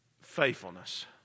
faithfulness